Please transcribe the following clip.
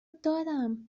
دادم